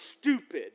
stupid